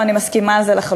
ואני מסכימה עם זה לחלוטין.